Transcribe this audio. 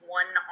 one